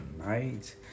tonight